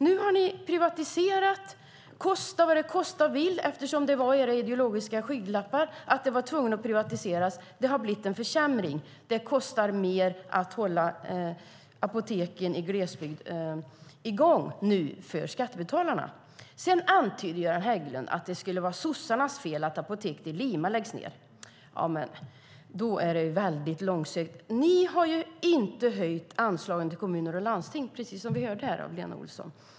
Nu har ni privatiserat, kosta vad det kosta vill. Det var era ideologiska skygglappar. Ni var tvungna att privatisera. Det har blivit en försämring. Det kostar mer nu för skattebetalarna att hålla i gång apoteken i glesbygden. Sedan antyder Göran Hägglund att det skulle vara sossarnas fel att apoteket i Lima läggs ned. Då är det väldigt långsökt. Ni har ju inte höjt anslagen till kommuner och landsting, precis som vi hörde av Lena Olsson.